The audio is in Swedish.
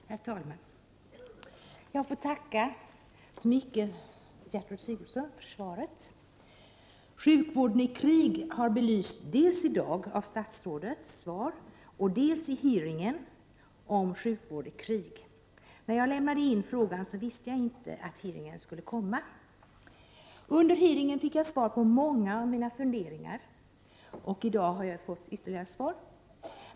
Herr talman! Jag tackar socialminister Gertrud Sigurdsen för svaret. Sjukvård i krig har belysts dels i dag i statsrådets svar, dels i hearingen om sjukvården i krig. När jag lämnade in frågan visste jag inte att hearingen skulle arrangeras. Under hearingen fick jag svar på många av mina funderingar, och i dag har jag fått ytterligare svar.